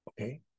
Okay